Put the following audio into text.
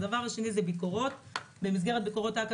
הדבר השני זה ביקורות במסגרת ביקורות אכ"א